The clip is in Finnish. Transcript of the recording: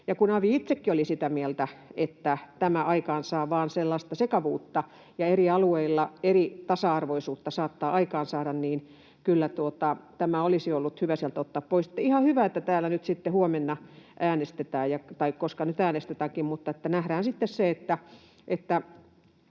kun avi itsekin oli sitä mieltä, että tämä aikaansaa vain sekavuutta ja eri alueilla saattaa aikaansaada eritasa-arvoisuutta, niin kyllä tämä olisi ollut hyvä sieltä ottaa pois. Ihan hyvä, että täällä huomenna äänestetään, tai koska nyt äänestetäänkin, jolloin nähdään sitten se, mitä